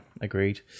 agreed